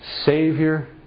Savior